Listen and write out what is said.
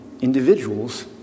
individuals